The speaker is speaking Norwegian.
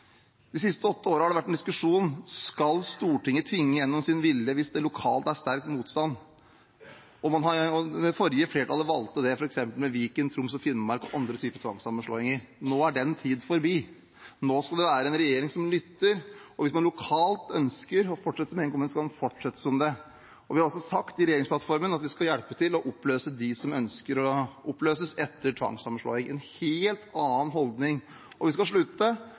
diskusjon om Stortinget skal tvinge gjennom sin vilje hvis det lokalt er sterk motstand. Det forrige flertallet valgte det, f.eks. med Viken, Troms og Finnmark og andre typer tvangssammenslåinger. Nå er den tid forbi, nå skal det være en regjering som lytter, og hvis man lokalt ønsker å fortsette som en kommune, skal man fortsette som det. Vi har også sagt i regjeringsplattformen at vi skal hjelpe til med å løse opp dem som ønsker å bli oppløst etter tvangssammenslåing. Det er en helt annen holdning. Og vi skal slutte